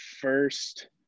first